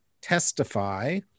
testify